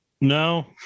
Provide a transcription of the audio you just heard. no